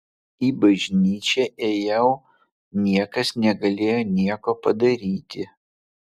į bažnyčią ėjau niekas negalėjo nieko padaryti